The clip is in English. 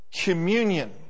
communion